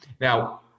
now